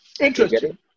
Interesting